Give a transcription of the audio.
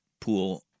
pool